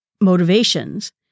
motivations